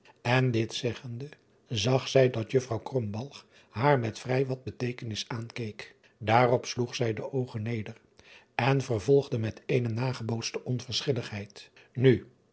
n dit zeggende zag zij dat uffrouw haar met vrij wat be driaan oosjes zn et leven van illegonda uisman teekenis aankoek aar op sloeg zij de oogen neder en vervolgde met eene nagebootste onverschilligheid u